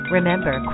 Remember